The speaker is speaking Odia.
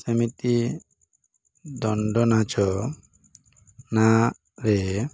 ସେମିତି ଦଣ୍ଡ ନାଚ ନାଁରେ